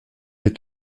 est